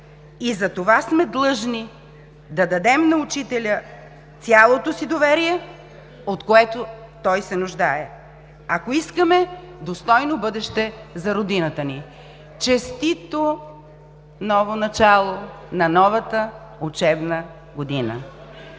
Затова сме длъжни да дадем на учителя цялото си доверие, от което той се нуждае, ако искаме достойно бъдеще за родината ни! (Шум и подвиквания в ГЕРБ.) Честито ново начало на новата учебна година!